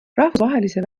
rahvusvahelise